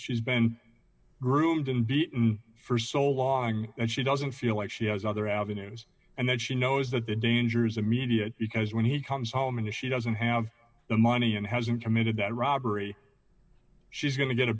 she's been groomed for so long and she doesn't feel like she has other avenues and that she knows that the dangers immediate because when he comes home and she doesn't have the money and hasn't committed that robbery she's going to get a